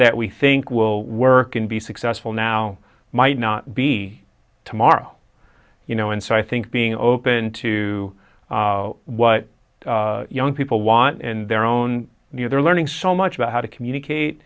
that we think will work and be successful now might not be tomorrow you know and so i think being open to what young people want and their own you know they're learning so much about how to communicate